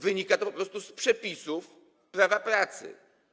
Wynika to po prostu z przepisów prawa pracy.